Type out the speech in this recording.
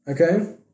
okay